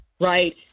Right